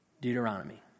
Deuteronomy